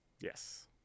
Yes